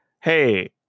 hey